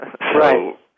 Right